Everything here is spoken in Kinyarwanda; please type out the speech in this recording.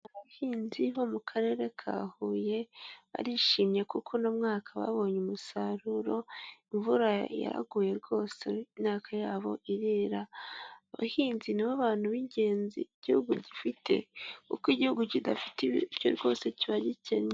Abahinzi bo mu karere ka Huye barishimye kuko uno mwaka babonye umusaruro, imvura yaraguye rwose imyaka yabo irera, abahinzi ni bo bantu b'ingenzi igihugu gifite kuko igihugu kidafite ibiryo rwose kiba gikennye.